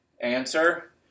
Answer